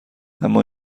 اما